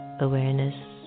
awareness